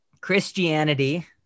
Christianity